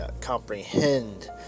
comprehend